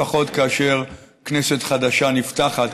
לפחות כאשר כנסת חדשה נפתחת,